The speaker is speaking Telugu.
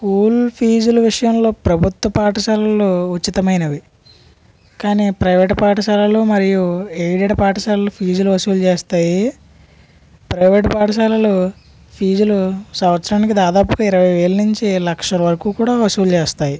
స్కూల్ ఫీజులు విషయంలో ప్రభుత్వ పాఠశాలలు ఉచితమైనవి కానీ ప్రైవేట్ పాఠశాలలు మరియు ఎయిడెడ్ పాఠశాలలు ఫీజులు వసూలు చేస్తాయి ప్రైవేట్ పాఠశాలలు ఫీజులు సంవత్సరానికి దాదాపుగా ఇరవై వేల నుంచి లక్ష వరకూ కూడా వసూలు చేస్తాయి